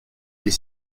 est